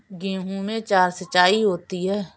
गेहूं में चार सिचाई होती हैं